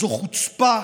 זו חוצפה.